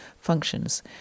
functions